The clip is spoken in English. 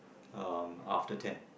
um after ten